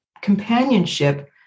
companionship